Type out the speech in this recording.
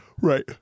Right